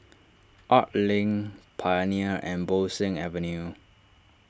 Arts Link Pioneer and Bo Seng Avenue